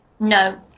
No